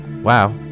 wow